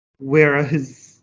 whereas